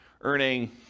earning